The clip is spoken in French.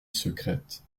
secrète